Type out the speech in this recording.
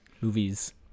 Movies